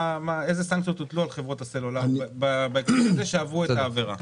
איזה סנקציות הוטלו בהקשר הזה על חברות הסלולר שעברו את העבירה?